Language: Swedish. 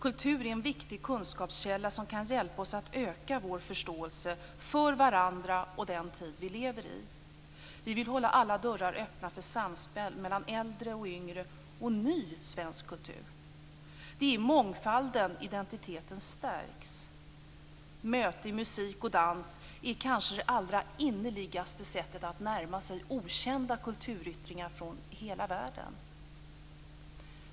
Kultur är en viktig kunskapskälla som kan hjälpa oss att öka vår förståelse för varandra och den tid vi lever i. Vi vill hålla alla dörrar öppna för samspel mellan äldre och yngre och ny svensk kultur. Det är i mångfalden identiteten stärks. Möte i musik och dans är kanske det allra innerligaste sättet att närma sig okända kulturyttringar från hela världen.